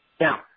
Now